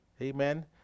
Amen